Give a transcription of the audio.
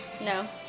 No